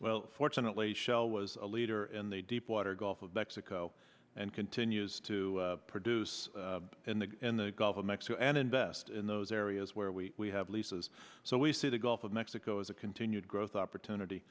well fortunately shell was a leader in the deepwater gulf of mexico and continues to produce in the in the gulf of mexico and invest in those areas where we have leases so we see the gulf of mexico as a continued growth opportunity